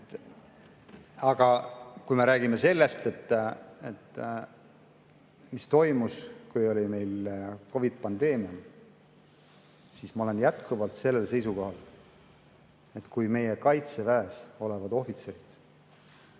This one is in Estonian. Aga kui me räägime sellest, mis toimus, kui oli meil COVID-pandeemia, siis ma olen jätkuvalt sellel seisukohal, et kui meie Kaitseväes olevad ohvitserid